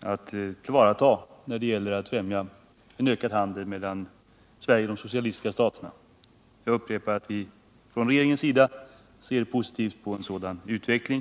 att tillvarata dem när det gäller att främja en ökad handel mellan Sverige och de socialistiska staterna. Jag upprepar att vi från regeringens sida ser positivt på en sådan utveckling.